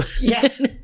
Yes